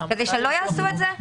כדי שלא יעשו את זה?